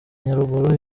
nyaruguru